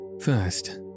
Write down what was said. First